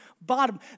bottom